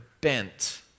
bent